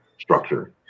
structure